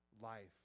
life